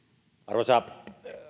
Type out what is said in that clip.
arvoisa